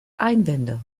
einwände